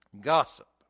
Gossip